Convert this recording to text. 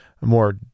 more